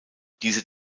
diese